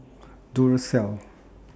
Duracell